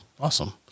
Awesome